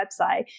website